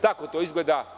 Tako to izgleda.